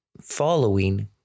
following